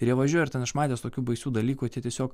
ir jie važiuoja ir ten aš matęs tokių baisių dalykų tiesiog